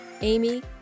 Amy